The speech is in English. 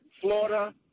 Florida